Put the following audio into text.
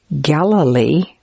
Galilee